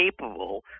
capable